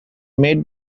made